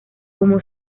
como